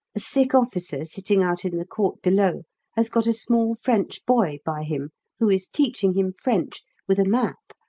a sick officer sitting out in the court below has got a small french boy by him who is teaching him french with a map,